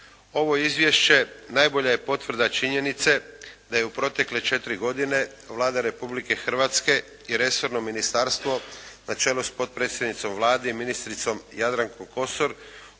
Ovo izvješće najbolja je potvrda činjenice da je u protekle četiri godine Vlada Republike Hrvatske i resorno ministarstvo na čelu s potpredsjednicom Vlade i ministricom Jadrankom Kosor